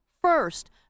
first